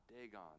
Dagon